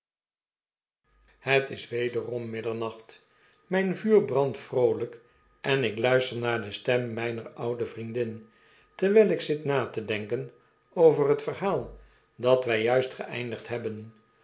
het is wederom middernacht myn vuur brandt vroolp en ik luister naar de stem mijner oude vriendin terwyl ik zit na tedenken over het verhaal dat wij juist gendigd hebben